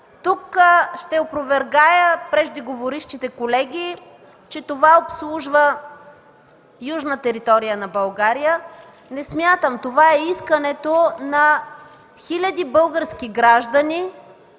тук ще опровергая преждеговорившите колеги, че това обслужва южната територия на България. Не смятам. Това е искането на хиляди български граждани